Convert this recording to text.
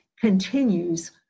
continues